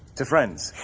to friends.